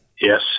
Yes